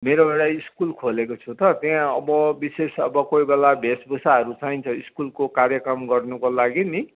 मेरो एउटा स्कुल खोलेको छु त त्यहाँ अब विशेष अब कोही बेला भेषभूषाहरू चाहिन्छ स्कुलको कार्यक्रम गर्नुको लागि नि